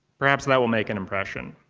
perhaps that will make an impression.